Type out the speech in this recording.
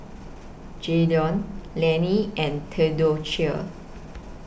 Jaylon Lanny and Theodocia